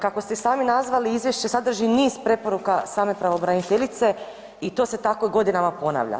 Kako ste i sami nazvali izvješće sadrži niz preporuka same pravobraniteljice i to se tako godinama ponavlja.